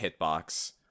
hitbox